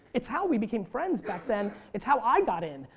it's how we became friends back then. it's how i got in.